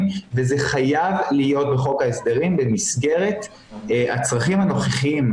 וזה חייב להיות בחוק ההסדרים במסגרת הצרכים הנוכחיים.